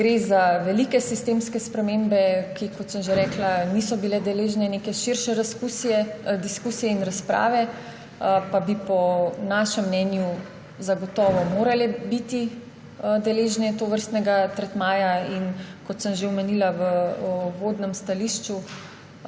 gre za velike sistemske spremembe, ki, kot sem že rekla, niso bile deležne neke širše diskusije in razprave, pa bi po našem mnenju zagotovo morale biti deležne tovrstnega tretmaja. Kot sem že omenila v uvodnem stališču,